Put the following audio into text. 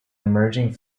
emerging